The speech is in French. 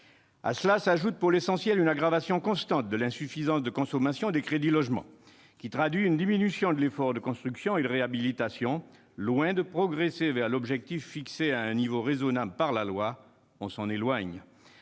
À cela s'ajoute l'aggravation constante de la sous-consommation des crédits pour le logement, laquelle traduit une diminution de l'effort de construction et de réhabilitation. Loin de progresser vers l'objectif fixé à un niveau raisonnable dans la loi, on s'en éloigne.